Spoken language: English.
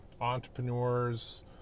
entrepreneurs